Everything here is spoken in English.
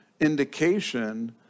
indication